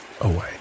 away